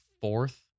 Fourth